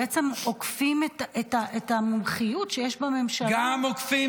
בעצם עוקפים את המומחיות שיש בממשלה -- גם עוקפים